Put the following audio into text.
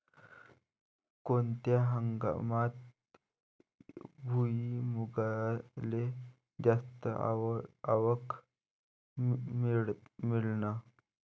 कोनत्या हंगामात भुईमुंगाले जास्त आवक मिळन?